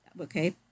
Okay